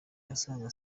asanga